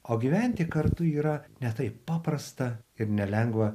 o gyventi kartu yra ne taip paprasta ir nelengva